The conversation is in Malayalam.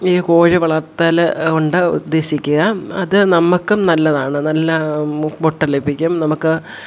ഈ കോഴി വളർത്തൽ കൊണ്ട് ഉദ്ദേശിക്കുക അത് നമ്മൾക്കും നല്ലതാണ് നല്ല മുട്ട ലഭിക്കും നമുക്ക്